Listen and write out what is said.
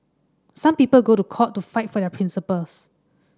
some people go to court to fight for their principles